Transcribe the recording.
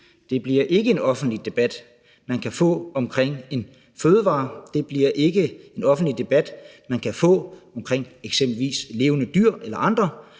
Det bliver ikke en offentlig debat, man kan få omkring en fødevare. Det bliver ikke en offentlig debat, man kan få omkring eksempelvis levende dyr eller andre,